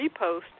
repost